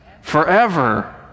Forever